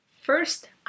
First